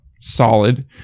solid